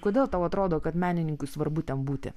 kodėl tau atrodo kad menininkui svarbu ten būti